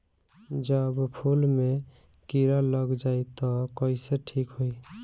जब फूल मे किरा लग जाई त कइसे ठिक होई?